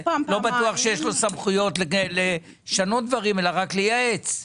לא בטוח שיש לו סמכויות לשנות דברים אלא רק לייעץ.